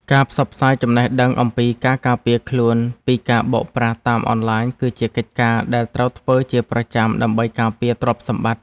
ការផ្សព្វផ្សាយចំណេះដឹងអំពីការការពារខ្លួនពីការបោកប្រាស់តាមអនឡាញគឺជាកិច្ចការដែលត្រូវធ្វើជាប្រចាំដើម្បីការពារទ្រព្យសម្បត្តិ។